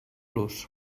los